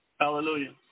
Hallelujah